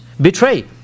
betray